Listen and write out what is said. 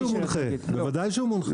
בוודאי שהוא מונחה, בוודאי שהוא מונחה.